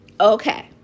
Okay